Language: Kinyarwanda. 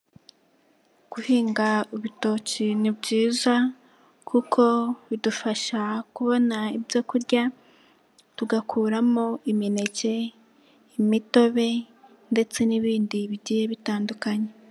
Guhinga ibitoki ni byiza, kuko bidufasha kubona ibyo kurya, tugakuramo imineke, imitobe ndetse n'ibindi bigiye bitandukanye.